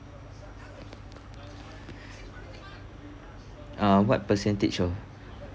uh what percentage of